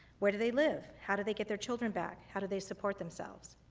where do they live? how do they get their children back? how did they support themselves?